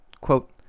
quote